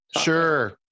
Sure